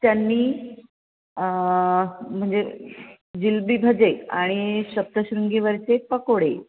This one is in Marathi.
त्यांनी म्हणजे जिलबी भजे आणि सप्तशृंगीवरचे पकोडे